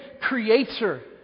Creator